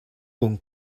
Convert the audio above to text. con